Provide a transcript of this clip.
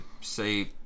say